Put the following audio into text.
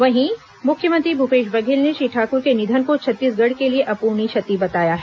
वहीं मुख्यमंत्री भूपेश बघेल ने श्री ठाकुर के निधन को छत्तीसगढ़ के लिये अप्रणीय क्षति बताया है